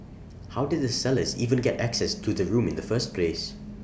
how did the sellers even get access to the room in the first place